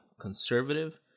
conservative